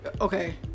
okay